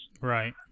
Right